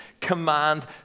command